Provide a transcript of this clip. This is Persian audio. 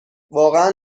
واقعا